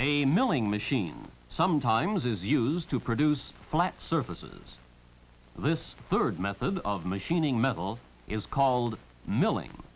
a milling machine sometimes is used to produce flat surfaces this third method of machining metal is called milling